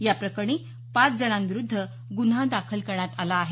या प्रकरणी पाच जणांविरूद्ध गुन्हा दाखल करण्यात आला आहे